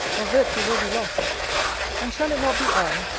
or virtue will be lost and shall it not be i,